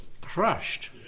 crushed